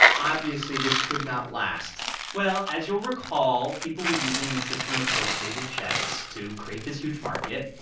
obviously, this could not last well, as you'll recall, people were using the system of postdated checks to create this huge market.